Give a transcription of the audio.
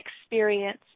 experience